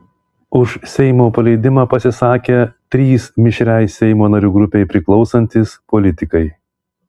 už seimo paleidimą pasisakė trys mišriai seimo narių grupei priklausantys politikai